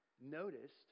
noticed